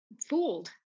fooled